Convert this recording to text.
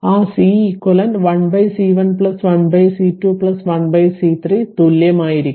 ആ Ceq 1C1 1C2 1C3 തുല്യമായിരിക്കും